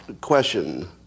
question